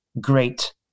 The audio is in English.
great